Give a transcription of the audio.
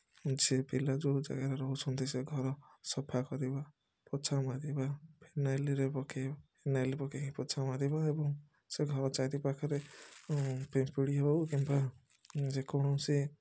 ଯେ ପିଲା ଯେଉଁ ଜାଗାରେ ରହୁଛନ୍ତି ସେ ଘର ସଫା କରିବା ପୋଛା ମାରିବା ଫିନାଇଲରେ ପକେଇ ଫିନାଇଲ୍ ପକେଇ ପୋଛା ମାରିବା ଏବଂ ସେ ଘର ଚାରି ପାଖରେ ପିମ୍ପୁଡ଼ି ହେଉ କିମ୍ବା ଯେକୌଣସି